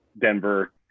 Denver